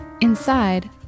Inside